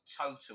total